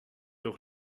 doch